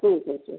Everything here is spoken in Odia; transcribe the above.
ଠିକ୍ ଅଛି